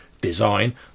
design